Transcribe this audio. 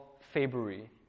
February